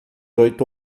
oito